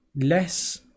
less